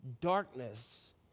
Darkness